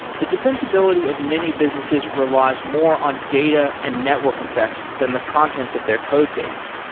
the defensibility of many businesses relies more on data and network effects than the contents of their code base.